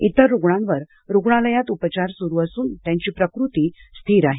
इतर रुग्णांवर रुग्णालयात उपचार सुरु असूनत्यांची प्रकृती स्थिर आहे